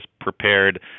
prepared